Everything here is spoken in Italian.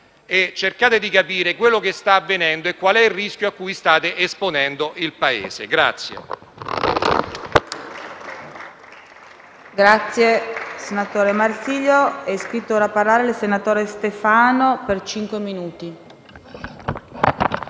e cercate di capire quello che sta avvenendo e qual è il rischio cui state esponendo il Paese».